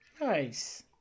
Nice